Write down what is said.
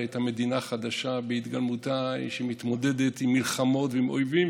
זו הייתה מדינה חדשה בהתגלמותה שמתמודדת עם מלחמות ועם אויבים,